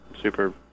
super